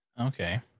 Okay